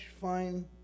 fine